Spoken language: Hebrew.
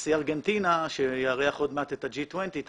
לנשיא ארגנטינה שיארח עוד מעט את ה-G20 את